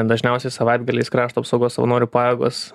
dažniausiai savaitgaliais krašto apsaugos savanorių pajėgos